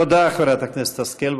תודה, חברת הכנסת השכל.